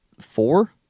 Four